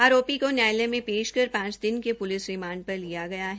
आरोपी को न्यायालय में पेश कर पांच दिन के प्लिस रिमांड पर लिया गया है